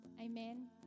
Amen